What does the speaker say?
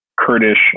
Kurdish